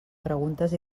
preguntes